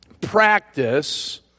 practice